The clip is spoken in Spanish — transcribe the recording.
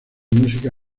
música